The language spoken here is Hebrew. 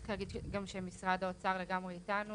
צריך גם להגיד שמשרד האוצר לגמרי איתנו,